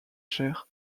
cher